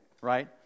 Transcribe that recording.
right